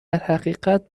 حقیقت